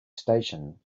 station